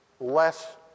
less